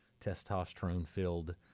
testosterone-filled